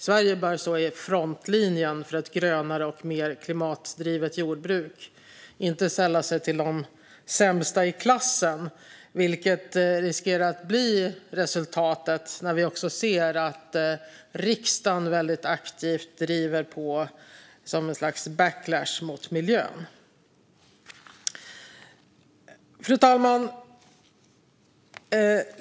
Sverige bör stå i frontlinjen för ett grönare och mer klimatdrivet jordbruk och inte sälla sig till de sämsta i klassen, vilket riskerar att bli resultatet när vi också ser att riksdagen väldigt aktivt driver på som ett slags backlash mot miljön. Fru talman!